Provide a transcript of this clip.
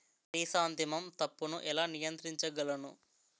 Chrysanthemum తప్పును ఎలా నియంత్రించగలను?